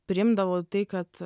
priimdavau tai kad